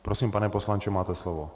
Prosím, pane poslanče, máte slovo.